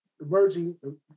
emerging